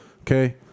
okay